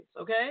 okay